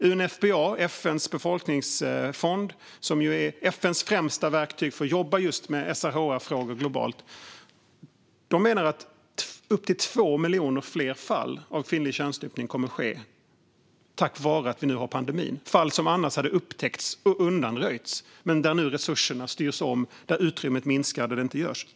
UNFPA, FN:s befolkningsfond, som ju är FN:s främsta verktyg för att jobba just med SRHR-frågor globalt, menar att upp till 2 miljoner fler fall av kvinnlig könsstympning kommer att ske på grund av pandemin - fall som annars hade upptäckts och undanröjts. Men resurserna styrs nu om och utrymmet minskar att det sker.